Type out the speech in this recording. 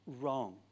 wrong